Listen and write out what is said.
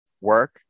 work